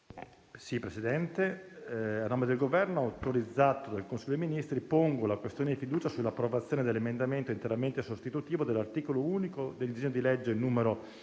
senatori, a nome del Governo, autorizzato dal Consiglio dei ministri, pongo la questione di fiducia sull'approvazione dell'emendamento interamente sostitutivo dell'articolo unico del disegno di legge n.